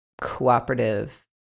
cooperative